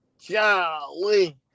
jolly